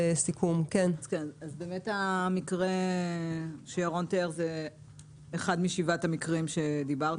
באמת המקרה שירון תיאר הוא אחד משבעת המקרים עליהם דיברתי.